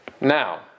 Now